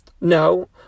No